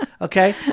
Okay